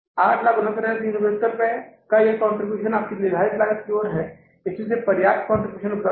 869375 रुपये का यह कंट्रीब्यूशन आपकी निर्धारित लागत की ओर है क्योंकि इसमें पर्याप्त कंट्रीब्यूशन उपलब्ध है